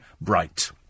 bright